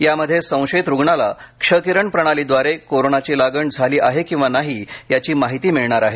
यामध्ये संशयित रुग्णाला क्ष किरण प्रणालीद्वारे कोरोनाची लागण झाली आहे किंवा नाही याची माहिती मिळणार आहे